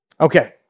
Okay